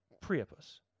Priapus